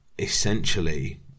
essentially